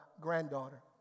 granddaughter